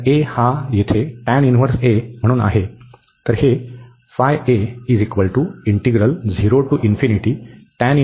कारण a हा तेथे टॅन इनव्हर्स a म्हणून आहे